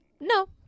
No